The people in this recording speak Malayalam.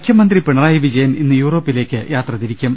മുഖ്യമന്ത്രി പിണറായി വിജയൻ ഇന്ന് യൂറോപ്പിലേക്ക് യാത്ര തിരിക്കും